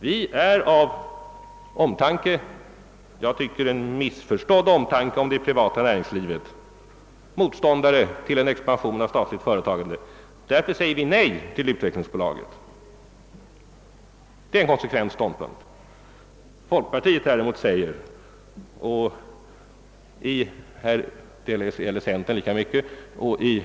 Vi är av omtanke — en omtanke som enligt min mening grundas på ett missförstånd — om det privata näringslivet motståndare till en expansion av statligt företagande. Därför säger vi nej till utvecklingsbolaget. Folkpartiet handlar annorlunda, och det gäller lika mycket centern.